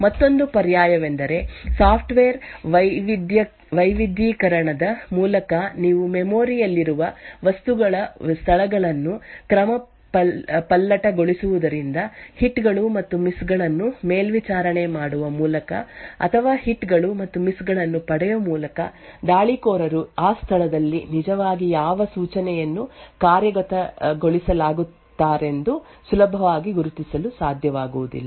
ಮತ್ತೊಂದು ಪರ್ಯಾಯವೆಂದರೆ ಸಾಫ್ಟ್ವೇರ್ ವೈವಿಧ್ಯೀಕರಣದ ಮೂಲಕ ನೀವು ಮೆಮೊರಿ ಯಲ್ಲಿರುವ ವಸ್ತುಗಳ ಸ್ಥಳಗಳನ್ನು ಕ್ರಮಪಲ್ಲಟಗೊಳಿಸುವುದರಿಂದ ಹಿಟ್ ಗಳು ಮತ್ತು ಮಿಸ್ ಗಳನ್ನು ಮೇಲ್ವಿಚಾರಣೆ ಮಾಡುವ ಮೂಲಕ ಅಥವಾ ಹಿಟ್ ಗಳು ಮತ್ತು ಮಿಸ್ ಗಳನ್ನು ಪಡೆಯುವ ಮೂಲಕ ದಾಳಿಕೋರರು ಆ ಸ್ಥಳದಲ್ಲಿ ನಿಜವಾಗಿ ಯಾವ ಸೂಚನೆಯನ್ನು ಕಾರ್ಯಗತಗೊಳಿಸುತ್ತಿದ್ದಾರೆಂದು ಸುಲಭವಾಗಿ ಗುರುತಿಸಲು ಸಾಧ್ಯವಾಗುವುದಿಲ್ಲ